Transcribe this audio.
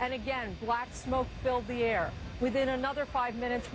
and again black smoke filled the air within another five minutes